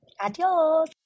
adios